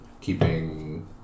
keeping